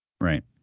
Right